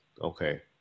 Okay